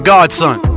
Godson